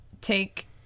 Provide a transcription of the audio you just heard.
take